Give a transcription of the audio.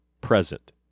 present